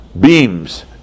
beams